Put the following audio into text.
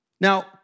Now